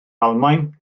almaen